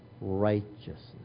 righteousness